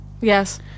yes